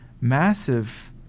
massive